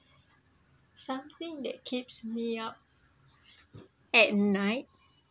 something that keeps me up at night